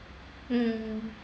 mm